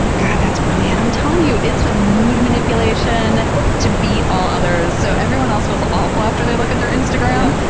god, that's brilliant. i'm telling you, it's the mood manipulation to beat all others. so everyone else feels awful after they look at their instagram.